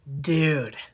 Dude